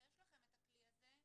ויש לך את הכלי הזה,